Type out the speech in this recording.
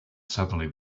suddenly